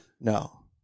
no